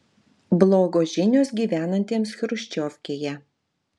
blogos žinios gyvenantiems chruščiovkėje